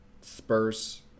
Spurs